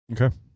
Okay